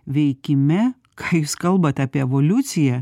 veikime ką jūs kalbat apie evoliuciją